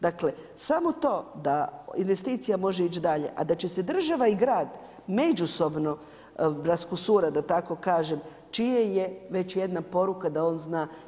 Dakle, samo to da investicija može ići dalje, a da će se država i grad međusobno raskusurati, da tako kažem, čije je, već je jedna poruka da on zna.